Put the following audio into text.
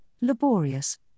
laborious